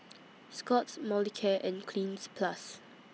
Scott's Molicare and Cleanz Plus